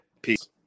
Peace